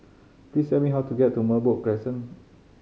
please tell me how to get to Merbok Crescent